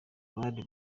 abandi